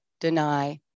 deny